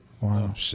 wow